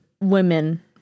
women